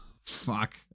Fuck